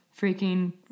freaking